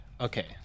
Okay